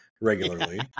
regularly